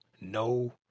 no